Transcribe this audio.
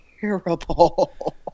terrible